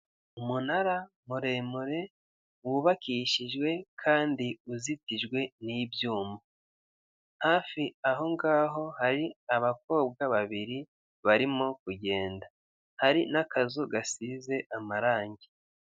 Umunara muremure wubakishijwe kandi uzitijwe n'ibyuma hafi aho ngaho hari abakobwa babiri barimo kugenda hari n'akazu gasize amarange.